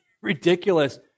ridiculous